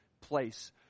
place